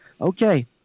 okay